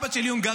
אבא שלי הונגרי,